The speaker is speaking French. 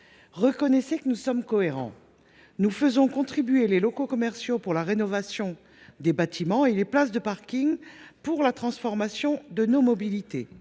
collègues, que nous sommes cohérents : nous entendons faire contribuer les locaux commerciaux à la rénovation des bâtiments et les places de parking à la transformation de nos mobilités.